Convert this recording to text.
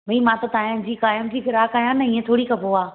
भई मां त तव्हांजी कायम जी घिराक आहियां न इह थोरी कबो आहे